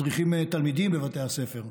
מדריכים תלמידים בבתי הספר,